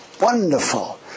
wonderful